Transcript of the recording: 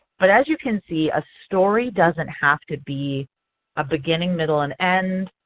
but as you can see a story doesn't have to be a beginning, middle, and end.